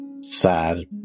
sad